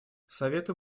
совету